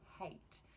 hate